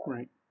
Right